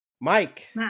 Mike